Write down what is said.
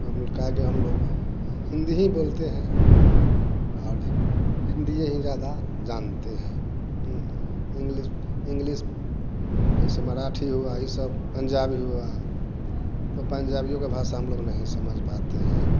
तो हम लो काहे कि हम लोग हिंदी ही बोलते हैं और हिंदी ही ज़्यादा जानते हैं इंग्लिश इंग्लिश जैसे मराठी हुआ ये सब पंजाबी हुआ तो पंजाबियों का भाषा हम लोग नहीं समझ पाते हैं